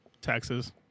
Taxes